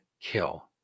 Kill